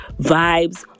vibes